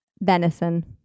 Venison